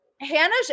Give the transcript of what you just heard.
Hannah